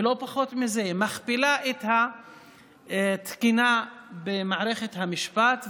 לא פחות מזה, את התקינה במערכת המשפט.